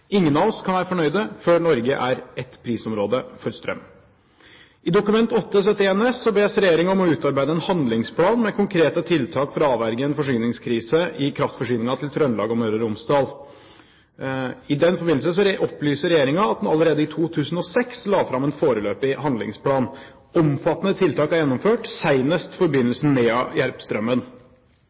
Ingen av oss kan være fornøyd før Norge er ett prisområde når det gjelder strøm. I Dokument nr. 8:71 S for 2009–2010 bes «regjeringen utarbeide en handlingsplan med konkrete tiltak for å avverge en forsyningskrise i kraftforsyningen til Trøndelag og Møre og Romsdal». I den forbindelse opplyser regjeringen at den allerede i 2006 la fram en foreløpig handlingsplan. Omfattende tiltak er gjennomført, senest forbindelsen